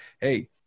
hey